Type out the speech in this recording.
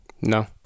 No